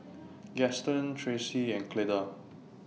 Gaston Traci and Cleda